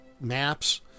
maps